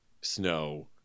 snow